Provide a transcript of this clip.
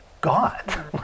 God